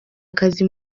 akazi